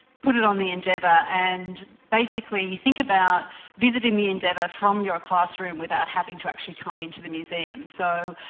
put it on the endeavour and basically think about visiting the endeavour from your classroom without having to actually come into the museum. so,